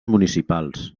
municipals